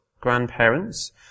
grandparents